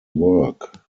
work